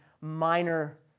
minor